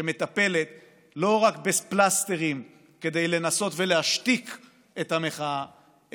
שמטפלת לא רק בפלסטרים כדי לנסות ולהשתיק את המחאה,